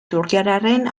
turkiarraren